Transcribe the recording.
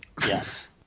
Yes